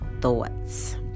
thoughts